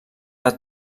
del